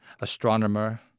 astronomer